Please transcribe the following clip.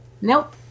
Nope